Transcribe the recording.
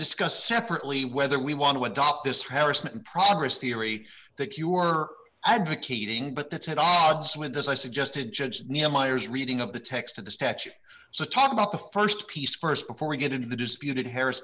discuss separately whether we want to adopt this harrison progress theory that you are advocating but that's at odds with this i suggested judge nina meyers reading of the text of the statute so talk about the st piece st before we get into the disputed harris